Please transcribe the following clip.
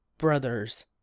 brothers